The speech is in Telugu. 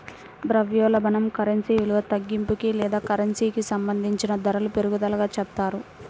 ద్రవ్యోల్బణం కరెన్సీ విలువ తగ్గింపుకి లేదా కరెన్సీకి సంబంధించిన ధరల పెరుగుదలగా చెప్తారు